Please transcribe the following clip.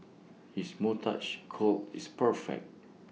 his moustache curl is perfect